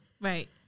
Right